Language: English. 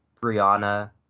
Brianna